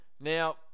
now